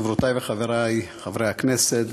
חברותי וחברי חברי הכנסת,